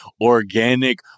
organic